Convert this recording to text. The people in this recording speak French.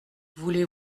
voulez